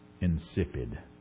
insipid